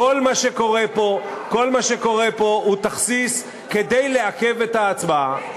כל מה שקרה פה הוא תכסיס כדי לעכב את ההצבעה,